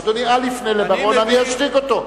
אדוני, אל יפנה לבר-און, אני אשתיק אותו.